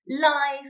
life